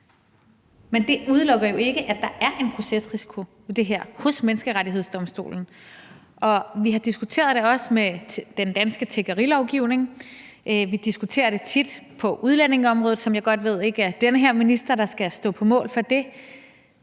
Men det udelukker jo ikke, at der er en procesrisiko ved det her hos Menneskerettighedsdomstolen. Vi har også diskuteret det i forbindelse med den danske tiggerilovgivning, og vi diskuterer det tit på udlændingeområdet, som jeg godt ved det ikke er den her minister der skal stå på mål for.